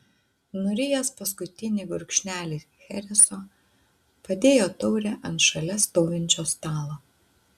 nurijęs paskutinį gurkšnelį chereso padėjo taurę ant šalia stovinčio stalo